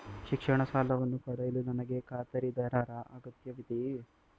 ಶಿಕ್ಷಣ ಸಾಲವನ್ನು ಪಡೆಯಲು ನನಗೆ ಖಾತರಿದಾರರ ಅಗತ್ಯವಿದೆಯೇ?